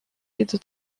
jede